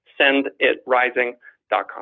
senditrising.com